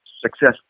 success